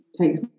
takes